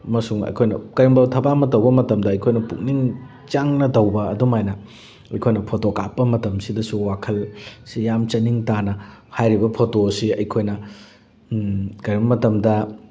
ꯑꯃꯁꯨꯡ ꯑꯩꯈꯣꯏꯅ ꯀꯩꯒꯨꯝꯕ ꯊꯕꯛ ꯑꯃ ꯇꯧꯕ ꯃꯇꯝꯗ ꯑꯩꯈꯣꯏꯅ ꯄꯨꯛꯅꯤꯡ ꯆꯪꯅ ꯇꯧꯕ ꯑꯗꯨꯃꯥꯏꯅ ꯑꯩꯈꯣꯏꯅ ꯐꯣꯇꯣ ꯀꯥꯞꯄ ꯃꯇꯝꯁꯤꯗꯁꯨ ꯋꯥꯈꯜꯁꯤ ꯌꯥꯝ ꯆꯅꯤꯡ ꯇꯥꯅ ꯍꯥꯏꯔꯤꯕ ꯐꯣꯇꯣ ꯑꯁꯤ ꯑꯩꯈꯣꯏꯅ ꯀꯩꯒꯨꯝ ꯃꯇꯝꯗ